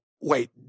Wait